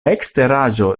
eksteraĵo